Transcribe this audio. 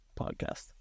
podcast